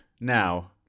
Now